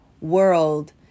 world